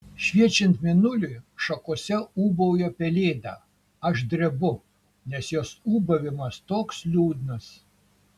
šviečiant mėnuliui šakose ūbauja pelėda aš drebu nes jos ūbavimas toks liūdnas